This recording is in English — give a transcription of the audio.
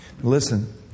Listen